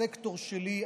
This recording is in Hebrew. הסקטור שלי.